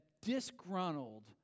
disgruntled